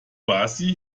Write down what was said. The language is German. quasi